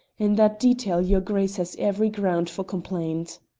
in that detail your grace has every ground for complaint.